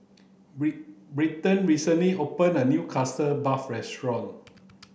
Brenda recently opened a new custard puff restaurant